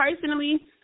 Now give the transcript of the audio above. personally